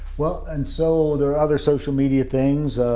well, and so there are other social media things.